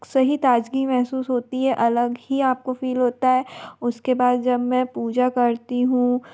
से ही ताज़गी महसूस होती है अलग ही आपको फ़ील होता है उसके बाद जब मैं पूजा करती हूँ